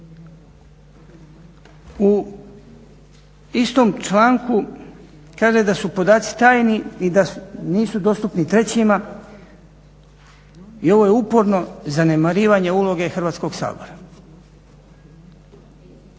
U istom članku kaže da su podaci tajni i da nisu dostupni trećima i ovo je uporno zanemarivanje uloge Hrvatskog sabora.